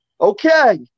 Okay